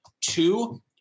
Two